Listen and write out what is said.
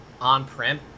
on-prem